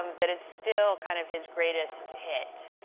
um that it's still kind of his greatest hit,